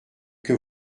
que